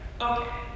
Okay